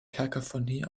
cacophony